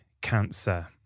cancer